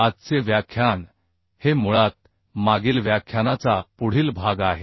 आजचे व्याख्यान हे मुळात मागील व्याख्यानाचा पुढील भाग आहे